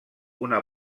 una